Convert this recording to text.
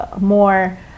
more